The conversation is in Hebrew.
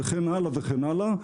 וכן הלאה וכן הלאה.